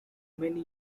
many